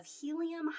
helium